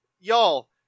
y'all